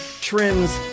trends